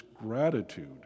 gratitude